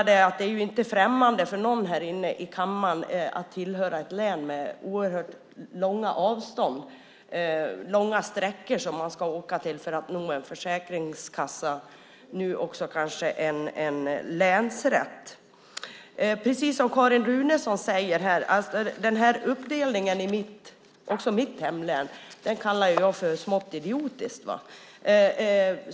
Det är inte främmande för någon här inne i kammaren att tillhöra ett län med oerhört långa avstånd, långa sträckor som man ska åka för att nå en försäkringskassa, nu också kanske en länsrätt. Den uppdelning som föreslås för Carin Runesons och mitt hemlän är smått idiotisk.